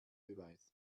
beweis